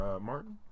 Martin